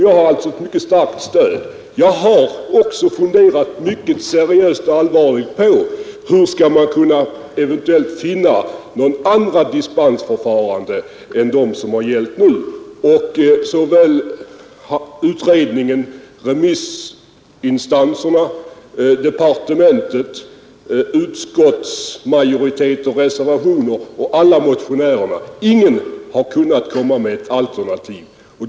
Jag har alltså ett mycket starkt stöd. Jag har också funderat mycket seriöst på hur man eventuellt skall kunna finna något annat dispensförfarande än vad som har gällt nu. Varken utredningen, remissinstanserna, departementet, utskottet eller motionärerna har kunnat komma med ett alternativ.